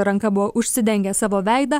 ranka buvo užsidengęs savo veidą